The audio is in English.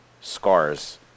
scars